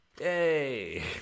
Yay